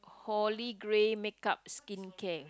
holy grail make-up skincare